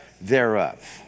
thereof